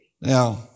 Now